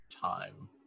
time